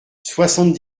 soixante